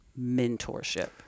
mentorship